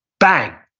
bang!